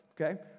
Okay